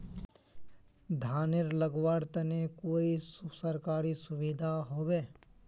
धानेर लगवार तने कोई सरकारी सुविधा होबे?